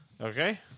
Okay